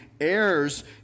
heirs